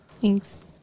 thanks